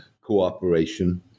cooperation